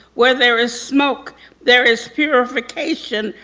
where there is smoke there is purification,